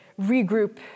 regroup